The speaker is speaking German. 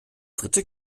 dritte